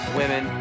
women